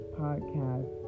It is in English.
podcast